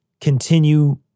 continue